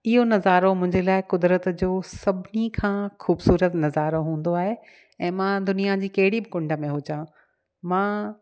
इहो नज़ारो मुंहिंजे लाइ क़ुदिरत जो सभिनी खां ख़ूबसूरत नज़ारो हूंदो आहे ऐं मां दुनिया जी कहिड़ी बि कुंड में हुजां मां